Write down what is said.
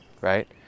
right